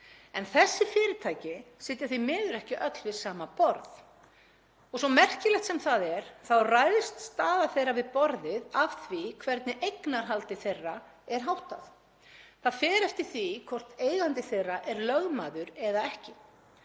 En þessi fyrirtæki sitja því miður ekki öll við sama borð. Svo merkilegt sem það er ræðst staða þeirra við borðið af því hvernig eignarhaldi þeirra er háttað. Það fer eftir því hvort eigandi þeirra er lögmaður eða ekki,